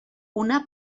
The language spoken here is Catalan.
una